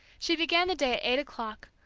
she began the day at eight o'clock,